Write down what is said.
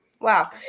Wow